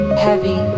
heavy